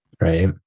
right